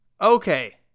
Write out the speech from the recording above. Okay